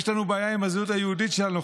יש לנו בעיה עם הזהות היהודית שלנו,